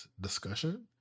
discussion